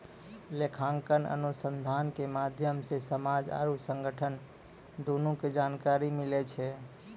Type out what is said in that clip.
लेखांकन अनुसन्धान के माध्यम से समाज आरु संगठन दुनू के जानकारी मिलै छै